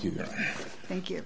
you thank you